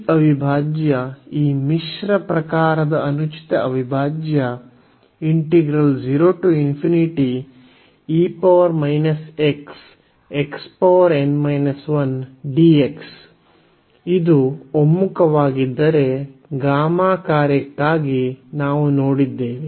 ಈ ಅವಿಭಾಜ್ಯ ಈ ಮಿಶ್ರ ಪ್ರಕಾರದ ಅನುಚಿತ ಅವಿಭಾಜ್ಯ ಇದು ಒಮ್ಮುಖವಾಗಿದ್ದರೆ ಗಾಮಾ ಕಾರ್ಯಕ್ಕಾಗಿ ನಾವು ನೋಡಿದ್ದೇವೆ